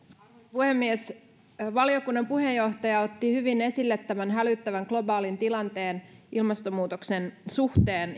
puhemies valiokunnan puheenjohtaja otti hyvin esille tämän hälyttävän globaalin tilanteen ilmastonmuutoksen suhteen